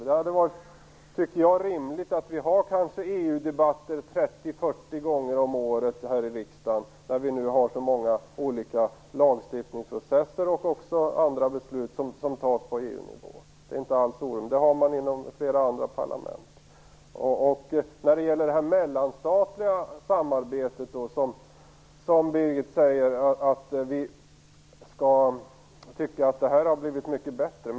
Det vore rimligt att ha EU-debatter 30-40 gånger om året i riksdagen, när vi nu har så många lagstiftningsprocesser och andra beslut som fattas på EU-nivå. Det är inte alls orimligt, och det har man inom flera andra parlament. Birgit sade att vi borde tycka att det mellanstatliga arbetet har blivit mycket bättre.